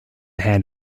hand